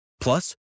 Plus